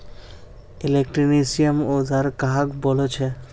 Electrician औजार कहाक बोले छे?